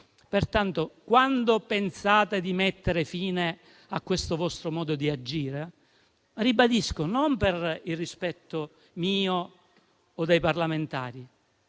buonsenso. Quando pensate di mettere fine a questo vostro modo di agire? Ribadisco, non per rispetto mio o dei parlamentari,